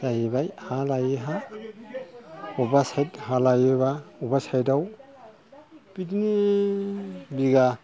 जाहैबाय हा लायै हा अबावबा सायड हा लायोबा बबेबा सायडआव बिदिनो बिघा